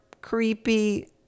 creepy